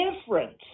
difference